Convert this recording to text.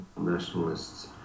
nationalists